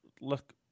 look